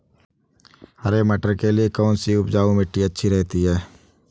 हरे मटर के लिए कौन सी उपजाऊ मिट्टी अच्छी रहती है?